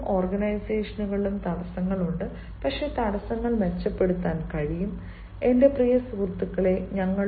ജീവിതത്തിലും ഓർഗനൈസേഷനുകളിലും തടസ്സങ്ങൾ ഉണ്ട് പക്ഷേ തടസ്സങ്ങൾ മെച്ചപ്പെടുത്താൻ കഴിയും എന്റെ പ്രിയ സുഹൃത്തുക്കളെ